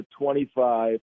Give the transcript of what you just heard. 25